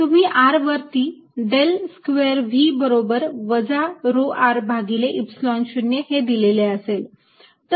तुम्हाला r point वरती del square V बरोबर वजा rho r भागिले Epsilon 0 हे दिलेले असेल